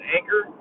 Anchor